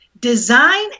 design